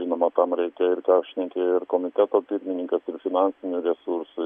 žinoma tam reikia ir tą šnekėjo ir komiteto pirmininkas ir finansinių resursų